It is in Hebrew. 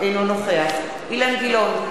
אינו נוכח אילן גילאון,